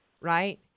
right